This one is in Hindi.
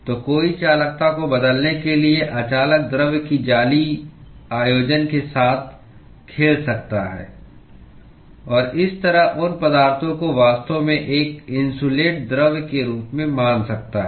तो कोई चालकता को बदलने के लिए अचालक द्रव्य की जाली आयोजन के साथ खेल सकता है और इस तरह उन पदार्थों को वास्तव में एक इन्सुलेट द्रव्य के रूप में मान सकता है